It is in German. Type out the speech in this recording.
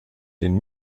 den